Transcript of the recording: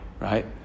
right